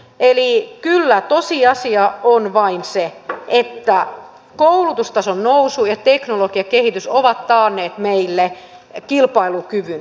eli kyllä tosiasia on vain se että koulutustason nousu ja teknologian kehitys ovat taanneet meille kilpailukyvyn